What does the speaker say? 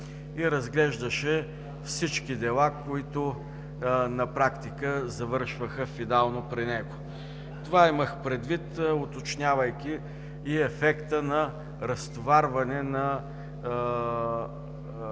и разглеждаше всички дела, които завършваха финално при него. Това имах предвид, уточнявайки ефекта на разтоварване на